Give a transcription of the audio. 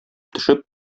төшеп